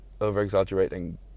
over-exaggerating